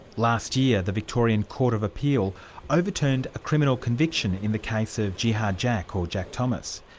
last year, the victorian court of appeal overturned a criminal conviction in the case of jihad jack, or jack thomas.